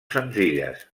senzilles